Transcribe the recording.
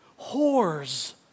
whores